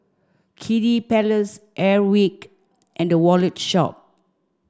Kiddy Palace Airwick and The Wallet Shop